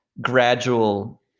gradual